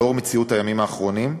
לאור מציאות הימים האחרונים.